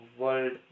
world